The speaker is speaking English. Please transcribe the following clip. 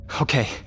Okay